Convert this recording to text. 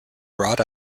brought